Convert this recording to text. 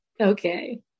Okay